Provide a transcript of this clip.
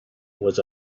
was